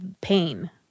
pain